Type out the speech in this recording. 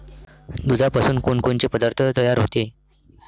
दुधापासून कोनकोनचे पदार्थ तयार होते?